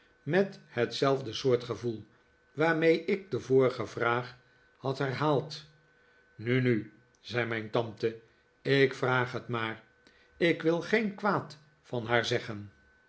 met hetzelfde soort gevoel waarmee ik de vorige vraag had herhaald nu nu zei mijn tante ik vraag het maar ik wil geen kwaad van haar zeggen